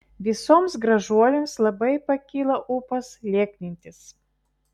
visoms gražuolėms labai pakyla ūpas lieknintis